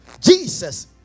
Jesus